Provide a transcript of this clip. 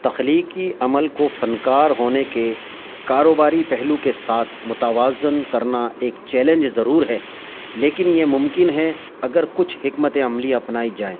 تخلیقی عمل کو فنکار ہونے کے کاروباری پہلو کے ساتھ متوازن کرنا ایک چیلنج ضرور ہے لیکن یہ ممکن ہے اگر کچھ حکمت عملی اپنائی جائیں